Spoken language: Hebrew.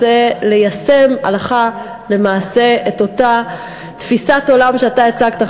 ליישם הלכה למעשה את אותה תפיסת עולם שאתה הצגת,